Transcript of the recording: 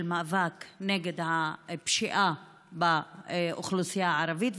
מאבק נגד הפשיעה באוכלוסייה הערבית,